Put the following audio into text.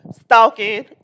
stalking